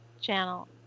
channel